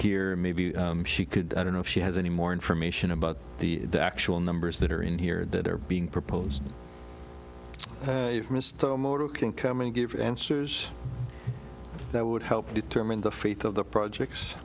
here maybe she could i don't know if she has any more information about the actual numbers that are in here that are being proposed coming give answers that would help determine the fate of the projects